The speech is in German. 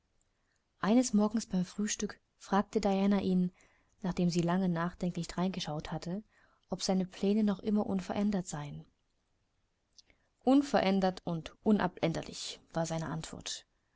eines morgens beim frühstück fragte diana ihn nachdem sie lange nachdenklich dreingeschaut hatte ob seine pläne noch immer unverändert seien unverändert und unabänderlich war seine antwort